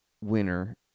winner